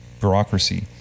bureaucracy